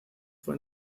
fue